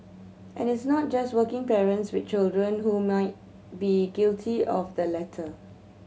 and it's not just working parents with children who may be guilty of the latter